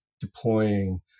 deploying